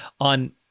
on